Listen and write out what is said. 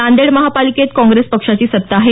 नांदेड महार्पालिकेत कॉग्रेस पक्षाची सत्ता आहे